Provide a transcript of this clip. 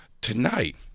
tonight